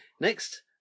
Next